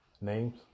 Names